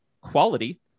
quality